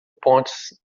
pontes